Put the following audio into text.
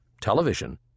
television